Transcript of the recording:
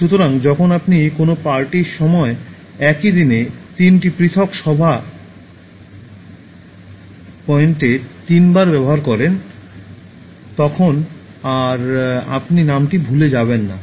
সুতরাং যখন আপনি কোনও পার্টির সময় একই দিনে তিনটি পৃথক সভা পয়েন্টে তিনবার ব্যবহার করেন তখন আর আপনি নামটি ভুলে যাবেন না